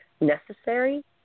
necessary